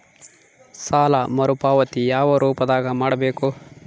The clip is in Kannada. ಸಾಲ ಮರುಪಾವತಿ ಯಾವ ರೂಪದಾಗ ಮಾಡಬೇಕು?